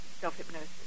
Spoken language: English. self-hypnosis